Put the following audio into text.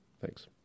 Thanks